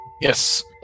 Yes